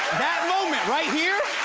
that moment, right here,